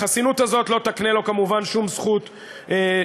החסינות הזאת לא תקנה לו כמובן שום זכות יתר,